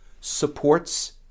supports